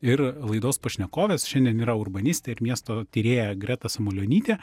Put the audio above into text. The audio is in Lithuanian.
ir laidos pašnekovės šiandien yra urbanistė ir miesto tyrėja greta samulionytė